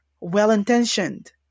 well-intentioned